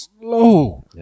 slow